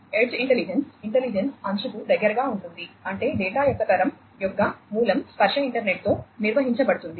edge intelligence intelligence అంచుకు దగ్గరగా ఉంటుంది అంటే డేటా యొక్క తరం యొక్క మూలం స్పర్శ ఇంటర్నెట్తో నిర్వహించబడుతుంది